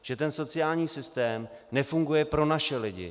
Že ten sociální systém nefunguje pro naše lidi.